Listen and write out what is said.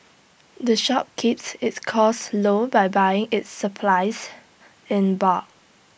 the shop keeps its costs low by buying its supplies in bulk